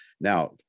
Now